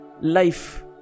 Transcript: life